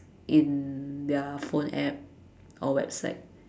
in their phone app or website